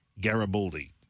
garibaldi